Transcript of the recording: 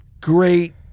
great